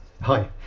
Hi